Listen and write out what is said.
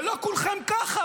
לא כולכם כך,